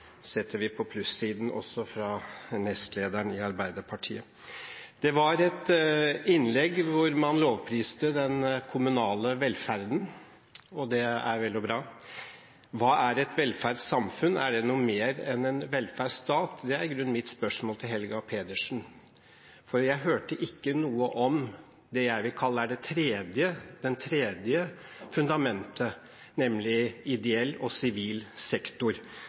setter vi på plussiden også fra nestlederen i Arbeiderpartiet. Det var et innlegg hvor man lovpriste den kommunale velferden, og det er vel og bra. Hva er et velferdssamfunn? Er det noe mer enn en velferdsstat? Det er i grunnen mitt spørsmål til Helga Pedersen, for jeg hørte ikke noe om det jeg vil kalle det tredje fundamentet, nemlig ideell og sivil sektor.